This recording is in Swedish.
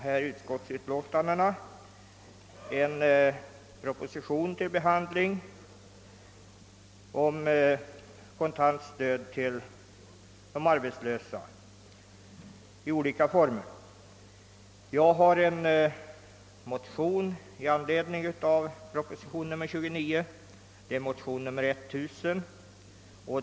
De utskottsutlåtanden som nu företages till avgörande behandlar en pro position om kontantstöd i olika former åt äldre arbetslösa. I anledning av denna proposition, nr 29, har jag avgivit en motion som fått nummer 1000 i denna kammare.